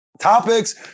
topics